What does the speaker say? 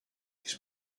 his